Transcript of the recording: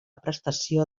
prestació